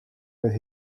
with